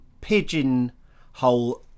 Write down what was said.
pigeonhole